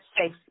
safe